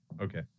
Okay